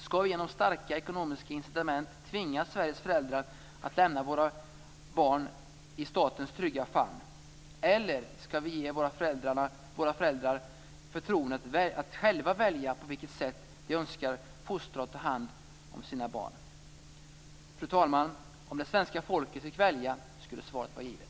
Skall vi genom starka ekonomiska incitament tvinga Sveriges föräldrar att lämna sina barn i statens trygga famn, eller skall vi ge föräldrarna förtroendet att själva välja på vilket sätt de önskar fostra och ta hand om sina barn? Fru talman! Om det svenska folket fick välja skulle svaret vara givet.